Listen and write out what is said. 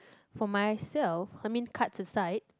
for myself I mean cards aside